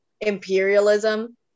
imperialism